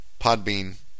Podbean